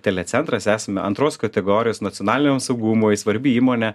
telecentras esame antros kategorijos nacionaliniam saugumui svarbi įmonė